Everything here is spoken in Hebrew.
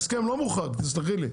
תסלחי לי,